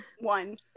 One